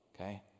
Okay